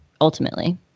ultimately